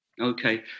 Okay